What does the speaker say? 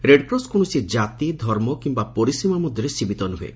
red cross କୌଣସି ଜାତି ଧର୍ମ କିମ୍ସା ପରିସୀମା ମଧରେ ସୀମିତ ନୁହେଁ